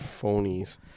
Phonies